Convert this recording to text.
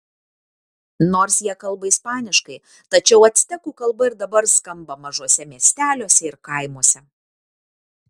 nors jie kalba ispaniškai tačiau actekų kalba ir dabar skamba mažuose miesteliuose ir kaimuose